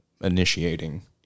initiating